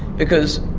because,